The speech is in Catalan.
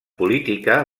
política